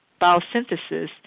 biosynthesis